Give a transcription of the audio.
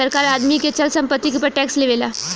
सरकार आदमी के चल संपत्ति के ऊपर टैक्स लेवेला